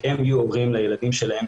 שהם יהיו הורים לילדים שלהם,